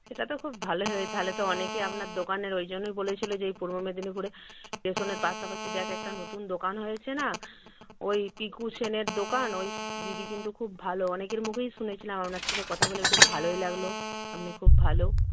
সেটা তো খুব ভালোই হয় তাহলে তো অনেকেই আপনার দোকানের ওই জন্যই বলেছিলো যে এই পূর্ব মেদিনীপুরে স্টেশনের পাশাপাশি দেখ একটা নতুন দোকান হয়েছে না ওই পিকু সেনের দোকান ওই দিদি কিন্তু খুব ভালো অনেকের মুখেই শুনেছিলাম আপনার সথে কথা বলে খুব ভালোই লাগলো আপনি খুব ভালো